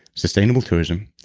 sustainable tourism,